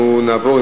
נעבור,